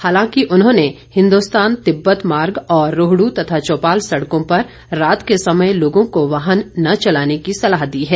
हालांकि उन्होंने हिन्दुस्तान तिब्बत मार्ग और रोहडू तथा चौपाल सड़कों पर रात के समय लोगों को वाहन न चलाने की सलाह दी है